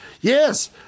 yes